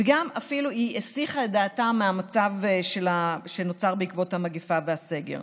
וגם היא אפילו הסיחה את דעתם מהמצב שנוצר בעקבות המגפה והסגר.